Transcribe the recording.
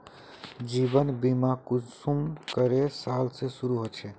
जीवन बीमा कुंसम करे साल से शुरू होचए?